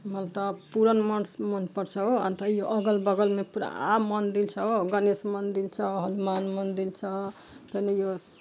मलाई त पुराण मन मनपर्छ हो अन्त यो अगलबगलमा पुरा मन्दिर छ हो गणेश मन्दिर छ हनुमान मन्दिर छ तनी यो